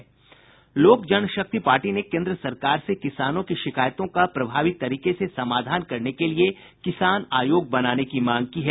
लोक जनशक्ति पार्टी ने केन्द्र सरकार से किसानों की शिकायतों का प्रभावी तरीके से समाधान करने के लिए किसान आयोग बनाने की मांग की है